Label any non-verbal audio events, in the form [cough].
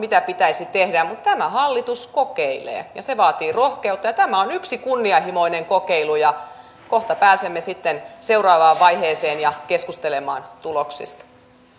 [unintelligible] mitä pitäisi tehdä mutta tämä hallitus kokeilee se vaatii rohkeutta ja tämä on yksi kunnianhimoinen kokeilu ja kohta pääsemme sitten seuraavaan vaiheeseen ja keskustelemaan tuloksista